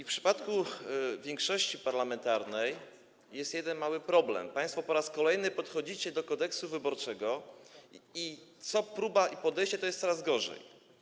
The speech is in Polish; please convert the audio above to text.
W przypadku większości parlamentarnej jest jeden mały problem: państwo po raz kolejny podchodzicie do Kodeksu wyborczego i co próba i podejście to jest coraz gorzej.